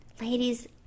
Ladies